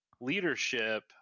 leadership